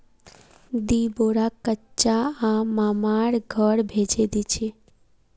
दी बोरा कच्चा आम मामार घर भेजे दीछि